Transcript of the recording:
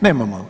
Nemojmo.